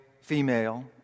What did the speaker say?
female